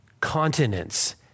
continents